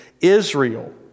Israel